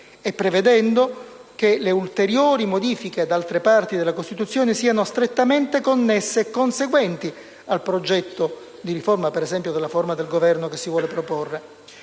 e prevedendo che le ulteriori modifiche ad altre parti della Costituzione siano strettamente connesse e conseguenti al progetto di riforma, per esempio, della forma di Governo che si vuole proporre.